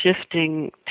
shifting